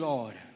Lord